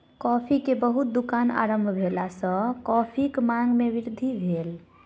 coffee के बहुत दुकान आरम्भ भेला सॅ कॉफ़ीक मांग में वृद्धि भेल